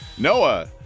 Noah